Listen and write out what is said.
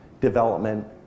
development